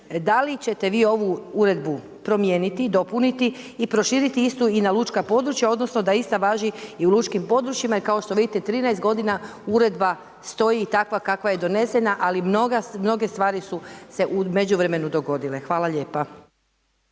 da li ćete vi ovu uredbu promijeniti, dopuniti i proširiti istu i na lučka područja odnosno da ista važi i u lučkim područjima i kao što vidite, 13 godina uredba stoji takva kakva je donesena ali mnoge stvari su se u međuvremenu dogodile. Hvala lijepa.